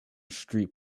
street